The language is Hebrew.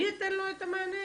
אני אתן לו את המענה?